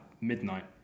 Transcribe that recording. midnight